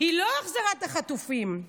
היא לא החזרת החטופים,